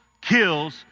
kills